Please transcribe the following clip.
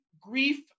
grief